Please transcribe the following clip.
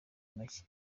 make